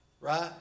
Right